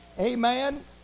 Amen